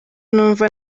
numva